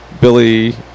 Billy